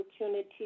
opportunity